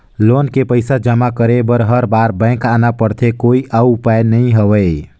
Loan के पईसा जमा करे बर हर बार बैंक आना पड़थे कोई अउ उपाय नइ हवय?